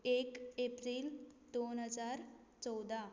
एक एप्रील दोन हजार चवदा